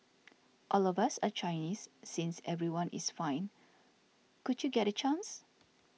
all of us are Chinese since everyone is fine could you get a chance